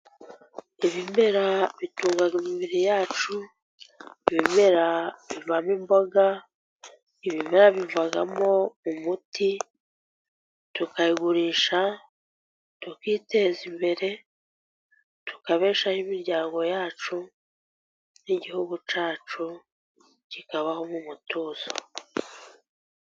Ibimera bituma imibiri yacu, ibimera bivamo imboga, ibimera bivamo umuti tukagurisha, tukiteza imbere, tukabeshaho imiryango yacu, n'igihugu cyacu kikabaho mu mutuzo.